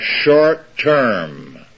short-term